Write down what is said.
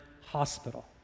Hospital